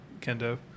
Kendo